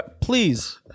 Please